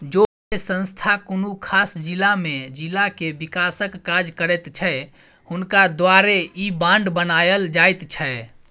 जे संस्था कुनु खास जिला में जिला के विकासक काज करैत छै हुनका द्वारे ई बांड बनायल जाइत छै